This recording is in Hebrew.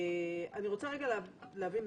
אני רוצה להבין,